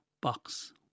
box